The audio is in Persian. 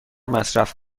مصرف